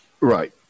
right